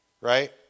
right